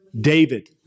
David